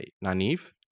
naive